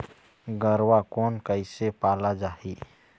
गरवा कोन कइसे पाला जाही?